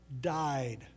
died